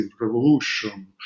revolution